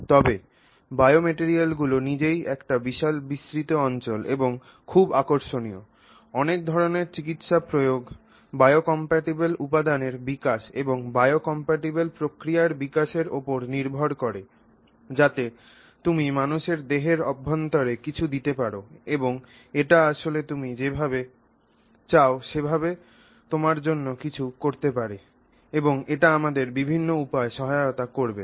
তবে বায়োমেটেরিয়ালগুলি নিজেই একটি বিশাল বিস্তৃত অঞ্চল এবং খুব আকর্ষণীয়ও অনেক ধরণের চিকিৎসা প্রয়োগ biocompatible উপাদানের বিকাশ এবং biocompatible প্রক্রিয়ার বিকাশের উপর নির্ভর করে যাতে তুমি মানুষের দেহের অভ্যন্তরে কিছু দিতে পার এবং এটি আসলে তুমি যেভাবে চাও সেভাবে তোমার জন্য কিছু করতে পারে এবং এটি আমাদের বিভিন্ন উপায়ে সহায়তা করবে